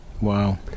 Wow